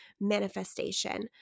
manifestation